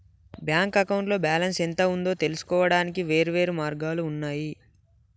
bank అకౌంట్లో balance ఎంత ఉందో తెలుసుకోవడానికి వేర్వేరు మార్గాలు ఉన్నయి